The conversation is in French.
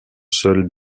seuls